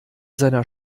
seiner